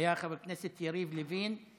היה חבר הכנסת יריב לוין,